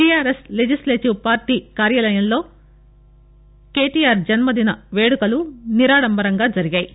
TRS legislative party కార్యాలయంలో కేటీఆర్ జన్మదిన వేడుకలు నిరాడంబరంగా జరిగాయి